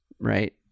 Right